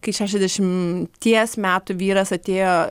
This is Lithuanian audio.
kai šešiasdešimties metų vyras atėjo